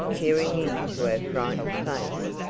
peering into her frightened face.